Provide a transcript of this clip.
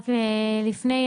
לפני,